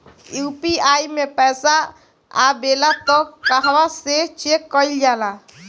UPI मे पइसा आबेला त कहवा से चेक कईल जाला?